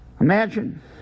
Imagine